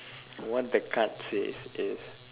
what the card says is